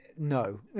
no